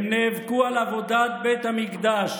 הם נאבקו על עבודת בית המקדש,